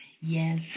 yes